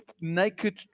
naked